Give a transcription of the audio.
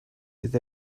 with